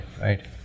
right